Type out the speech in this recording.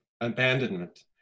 abandonment